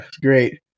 Great